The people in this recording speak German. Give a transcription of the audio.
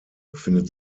befindet